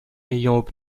ayant